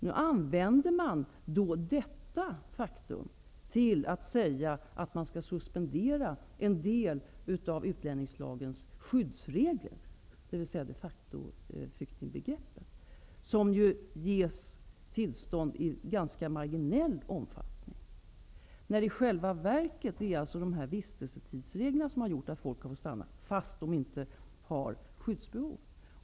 Nu används detta faktum till att föreslå att en del av utlänningslagens skyddsregler skall suspenderas, dvs. begreppet de facto-flykting. Sådana tillstånd ges i ganska marginell omfattning. I själva verket är det vistelsetidsreglerna som har gjort att folk har fått stanna fast de inte har skyddsbehov.